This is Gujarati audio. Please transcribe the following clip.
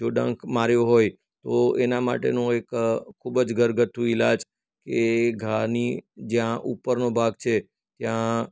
જો ડંખ માર્યો હોય તો એના માટેનો એક ખૂબ જ ઘરગથ્થુ ઈલાજ કે ઘાની જ્યાં ઉપરનો ભાગ છે ત્યાં